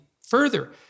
further